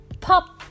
pop